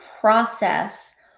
process